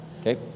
Okay